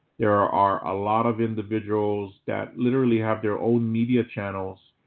there are a lot of individuals that literally have their own media channels.